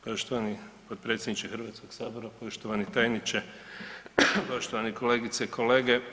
Poštovani potpredsjedniče Hrvatskog sabora, poštovani tajniče, poštovane kolegice i kolege.